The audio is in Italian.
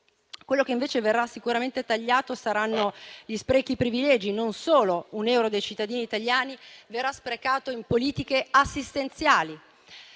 Quello che invece verrà sicuramente tagliato saranno gli sprechi e i privilegi: non un solo euro dei cittadini italiani verrà sprecato in politiche assistenziali.